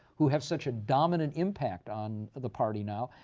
who have such a dominant impact on the party now,